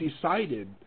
decided